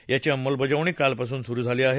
याची अंमलंबजावणी काल पासून सुरु झाली आहे